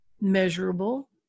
measurable